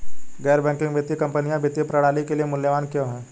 गैर बैंकिंग वित्तीय कंपनियाँ वित्तीय प्रणाली के लिए मूल्यवान क्यों हैं?